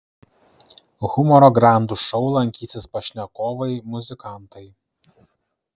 humoro grandų šou lankysis pašnekovai muzikantai